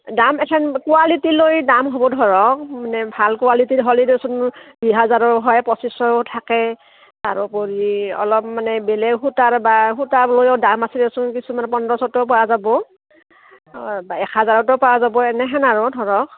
দাম এখেন কোৱালিট লৈ দাম হ'ব ধৰক মানে ভাল কোৱালিটি হ'লে দেচোন দুই হাজাৰৰ হয় পঁচিছশ থাকে তাৰোপৰি অলপ মানে বেলেগ সূতাৰ বা সূতাৰলৈও দাম আছিল দেচোন কিছুমান পোন্ধৰশতেও পোৱা যাব এক হাজাৰতে পৱা যাব এনেহেন আৰু ধৰক